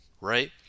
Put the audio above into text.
right